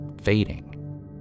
fading